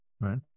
right